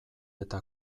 eta